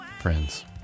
friends